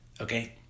okay